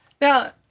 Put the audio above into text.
Now